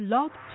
Love